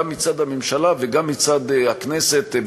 גם מצד הממשלה וגם מצד הכנסת,